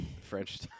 French